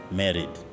married